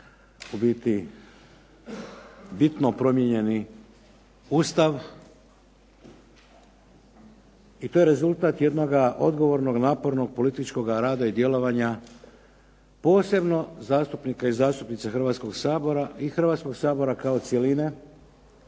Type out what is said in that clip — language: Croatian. u biti bitno promijenjeni Ustav, i to je rezultat jednoga odgovornog, napornog političkoga rada i djelovanja posebno zastupnika i zastupnica Hrvatskog sabora i Hrvatskog sabora kao cjeline,